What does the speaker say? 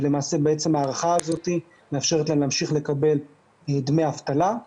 ההארכה הזאת מאפשרת להם להמשיך לקבל דמי אבטלה.